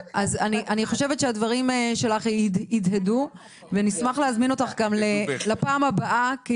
אז אני חושבת שהדברים שלך הדהדו ונשמח להזמין אותך גם לפעם הבאה,